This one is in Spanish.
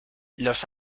los